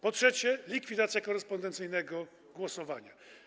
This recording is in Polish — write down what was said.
Po trzecie, likwidacja korespondencyjnego głosowania.